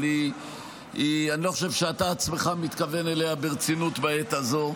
אבל אני לא חושב שאתה עצמך מתכוון אליה ברצינות בעת הזאת.